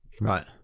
Right